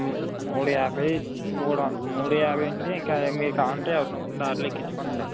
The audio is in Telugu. మూడు యాభై మూడొ మూడు యాభై అండి ఇంకా మీకు కావాలంటే ఎవరినన్నా దారిలో ఎక్కించుకోండి